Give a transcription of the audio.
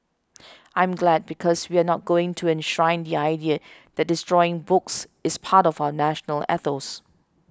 I'm glad because we're not going to enshrine the idea that destroying books is part of our national ethos